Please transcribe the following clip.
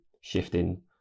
shifting